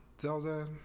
Zelda